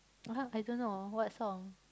I don't know what song